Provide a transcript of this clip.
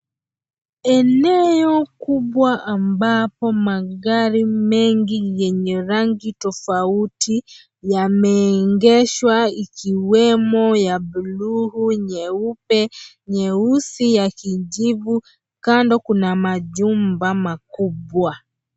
Eneo kubwa ambapo magari mengi yenye rangi tofauti yameegeshwa ikiwemo ya bluu, nyeupe, nyeusi ya kijivu kando kuna majumba makubwa.